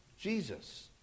Jesus